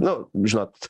nu žinot